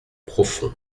profond